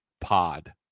pod